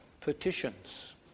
petitions